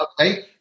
Okay